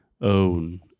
own